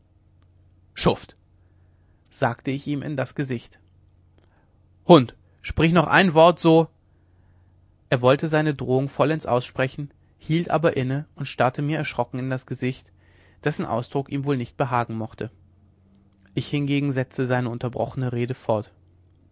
schuft sagte ich ihm in das gesicht hund sprich noch ein wort so er wollte seine drohung vollends aussprechen hielt aber inne und starrte mir erschrocken in das gesicht dessen ausdruck ihm wohl nicht behagen mochte ich hingegen setzte seine unterbrochene rede fort